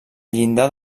llindar